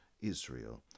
Israel